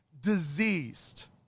diseased